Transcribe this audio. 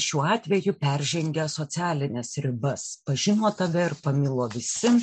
šiuo atveju peržengia socialines ribas pažino tave ir pamilo visi